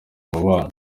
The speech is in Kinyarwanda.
umubano